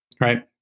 Right